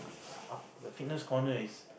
ah the fitness corner is